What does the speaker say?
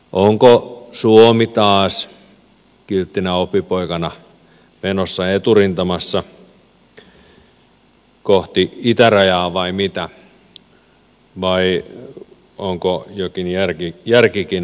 onko suomi taas kilttinä oppipoikana menossa eturintamassa kohti itärajaa vai mitä vai onko jokin järkikin mukana toiminnassa